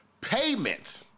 payment